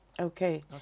Okay